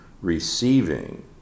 receiving